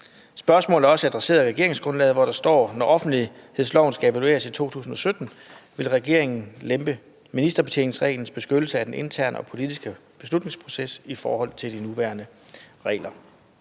Spørgsmålet er også adresseret i regeringsgrundlaget, hvor der står: »Når offentlighedsloven skal evalueres i 2017, vil regeringen lempe ministerbetjeningsreglens beskyttelse af den interne og politiske beslutningsproces i forhold til de nuværende regler«.